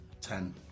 ten